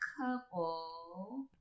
couple